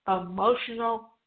emotional